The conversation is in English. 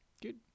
Good